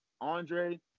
andre